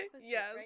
yes